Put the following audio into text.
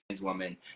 woman